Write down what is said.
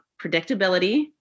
predictability